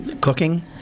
cooking